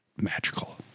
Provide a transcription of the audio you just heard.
magical